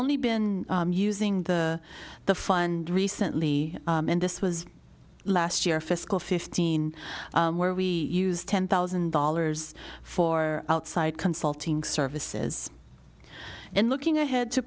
only been using the the fund recently and this was last year fiscal fifteen where we used ten thousand dollars for outside consulting services and looking ahead to